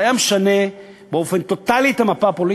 זה היה משנה באופן טוטלי את המפה הפוליטית,